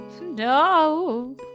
No